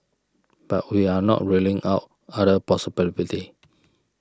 but we are not ruling out other possibilities